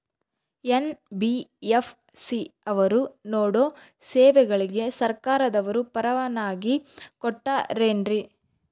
NBFC ಅವರು ನೇಡೋ ಸೇವೆಗಳಿಗೆ ಸರ್ಕಾರದವರು ಪರವಾನಗಿ ಕೊಟ್ಟಾರೇನ್ರಿ?